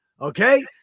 Okay